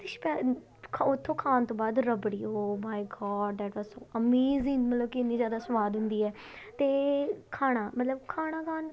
ਅਤੇ ਸਪੈ ਖਾਓ ਉੱਥੋਂ ਖਾਣ ਤੋਂ ਬਾਅਦ ਰਬੜੀ oh my god that was so amazing ਮਤਲਵ ਕਿ ਇੰਨੀ ਜ਼ਿਆਦਾ ਸਵਾਦ ਹੁੰਦੀ ਹੈ ਅਤੇ ਖਾਣਾ ਮਤਲਬ ਖਾਣਾ ਖਾਣ